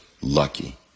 lucky